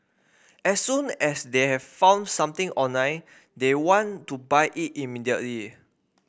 as soon as they have found something online they want to buy it immediately